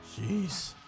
Jeez